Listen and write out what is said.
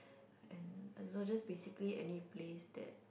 and I don't know just basically any place that